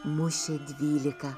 mušė dvylika